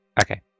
Okay